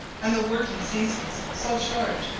and the working seasons so short,